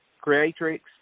Creatrix